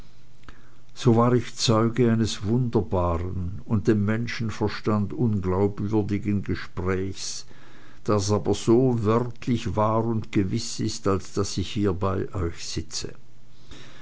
so war ich zeuge eines wunderbaren und dem menschenverstand unglaubwürdigen gespräches das aber so wörtlich wahr und gewiß ist als daß ich hier bei euch sitze